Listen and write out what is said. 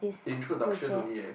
introduction only eh